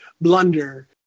blunder